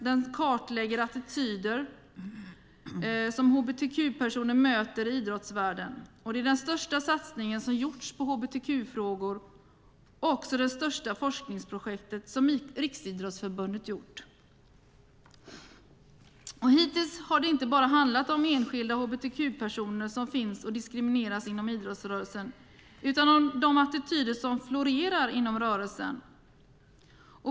Den kartlade attityder som hbtq-personer möter i idrottsvärlden och är den största satsning som har gjorts på hbtq-frågor samt det största forskningsprojekt Riksidrottsförbundet har gjort. Hittills har det inte bara handlat om enskilda hbtq-personer som finns och diskrimineras inom idrottsrörelsen utan om de attityder som florerar inom rörelsen.